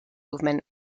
movement